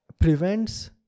prevents